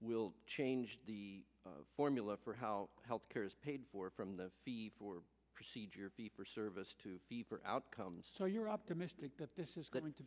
will change the formula for how health care is paid for from the fee for procedure beeper service to be for outcomes so you're optimistic that this is going to